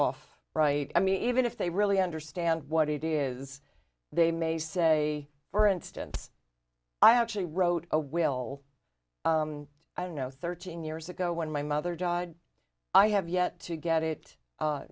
off right i mean even if they really understand what it is they may say for instance i actually wrote a will i know thirteen years ago when my mother died i have yet to get it